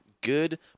good